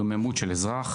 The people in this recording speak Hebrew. תפיסת יוממות של אזרח.